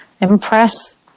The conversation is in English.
Impress